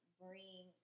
bring